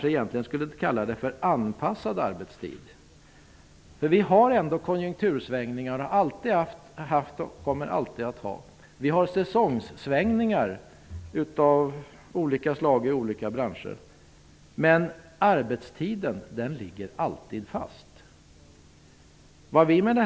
Egentligen kanske det borde kallas anpassad arbetstid. Vi har konjunktursvängningar, vilket vi alltid har haft och alltid kommer att ha. Det finns säsonssvängningar av olika slag i olika branscher. Men arbetstiden ligger alltid fast.